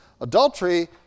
adultery